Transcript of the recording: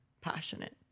passionate